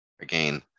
again